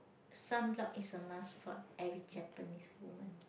sun block is a must for every Japanese woman